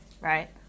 right